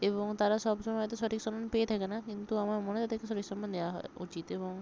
এবং তারা সব সময় হয়তো সঠিক সম্মান পেয়ে থাকে না কিন্তু আমার মনে হয় তাদের সঠিক সম্মান দেওয়া উচিত এবং